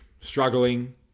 struggling